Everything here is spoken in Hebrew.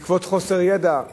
בעקבות חוסר ידע,